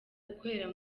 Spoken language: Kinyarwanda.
gukorera